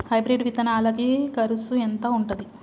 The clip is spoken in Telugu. హైబ్రిడ్ విత్తనాలకి కరుసు ఎంత ఉంటది?